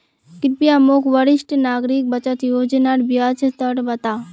कृप्या मोक वरिष्ठ नागरिक बचत योज्नार ब्याज दर बता